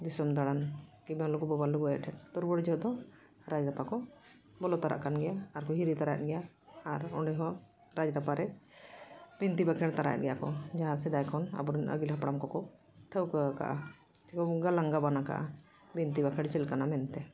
ᱫᱤᱥᱚᱢ ᱫᱟᱬᱟᱱ ᱠᱤᱢᱵᱟ ᱞᱩᱜᱩ ᱵᱟᱵᱟ ᱞᱩᱜᱩ ᱟᱭᱚ ᱴᱷᱮᱱ ᱛᱚ ᱨᱩᱣᱟᱹᱲ ᱡᱚᱦᱚᱜ ᱫᱚ ᱨᱟᱡᱽ ᱨᱟᱯᱟ ᱠᱚ ᱵᱚᱞᱚ ᱛᱟᱨᱟᱜ ᱠᱟᱱ ᱜᱮᱭᱟ ᱟᱨᱠᱚ ᱦᱤᱨᱤ ᱛᱟᱨᱟᱭᱮᱫ ᱜᱮᱭᱟ ᱟᱨ ᱚᱸᱰᱮᱦᱚᱸ ᱨᱟᱡᱽ ᱨᱟᱯᱟᱨᱮ ᱵᱤᱱᱛᱤ ᱵᱟᱠᱷᱮᱬ ᱛᱟᱨᱟᱭᱮᱫ ᱜᱮᱭᱟ ᱠᱚ ᱡᱟᱦᱟᱸ ᱥᱮᱫᱟᱭ ᱠᱷᱚᱱ ᱟᱵᱚᱨᱮᱱ ᱟᱹᱜᱤᱞ ᱦᱟᱯᱲᱟᱢ ᱠᱚᱠᱚ ᱴᱷᱟᱹᱣᱠᱟᱹᱣᱟᱠᱟᱜᱼᱟ ᱥᱮᱠᱚ ᱜᱟᱞᱟᱝ ᱜᱟᱵᱟᱱᱟᱠᱟᱜᱼᱟ ᱵᱤᱱᱛᱤ ᱵᱟᱠᱷᱮᱬ ᱪᱮᱫ ᱞᱮᱠᱟᱱᱟ ᱢᱮᱱᱛᱮ